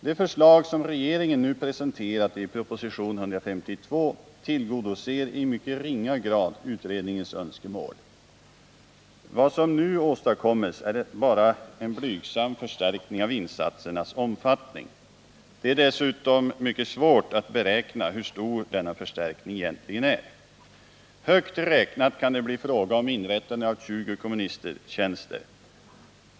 De förslag som regeringen nu presenterat i proposition 152 tillgodoser i mycket ringa grad utredningens önskemål. Vad som nu åstadkommes är enbart en blygsam förstärkning av insatsernas omfattning. Det är dessutom mycket svårt att beräkna hur stor denna förstärkning egentligen är. Högt räknat kan det bli fråga om inrättande av 20 komministertjänster.